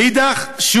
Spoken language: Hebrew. מאידך גיסא,